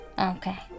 Okay